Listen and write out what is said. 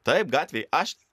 taip gatvėj aš